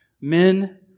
Men